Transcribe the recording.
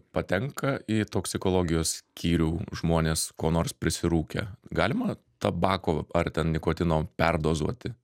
patenka į toksikologijos skyrių žmones ko nors prisirūkę galima tabako ar ten nikotino perdozuoti